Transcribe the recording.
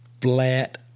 Flat